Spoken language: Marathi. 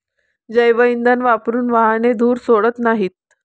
जैवइंधन वापरून वाहने धूर सोडत नाहीत